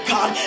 God